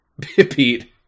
Pete